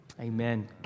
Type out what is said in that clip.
Amen